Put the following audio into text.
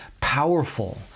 powerful